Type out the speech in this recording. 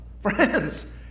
Friends